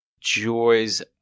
joys